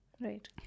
Right